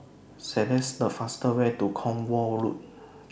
selects The fastest Way to Cornwall Road